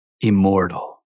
immortal